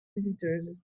visiteuse